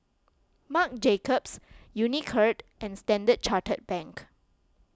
Marc Jacobs Unicurd and Standard Chartered Bank